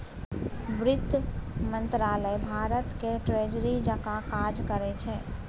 बित्त मंत्रालय भारतक ट्रेजरी जकाँ काज करै छै